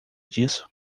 disso